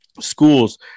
schools